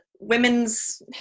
women's